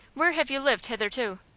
where have you lived hitherto?